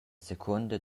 secunda